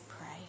pray